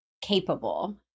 capable